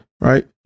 Right